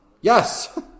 Yes